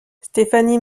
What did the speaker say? stephanie